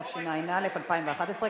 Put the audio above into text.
התשע"א 2011,